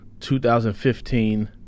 2015